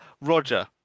Roger